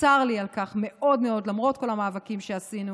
וצר לי על כך מאוד מאוד, למרות כל המאבקים שעשינו.